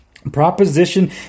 Proposition